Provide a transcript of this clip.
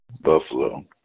Buffalo